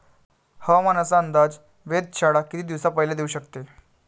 हवामानाचा अंदाज वेधशाळा किती दिवसा पयले देऊ शकते?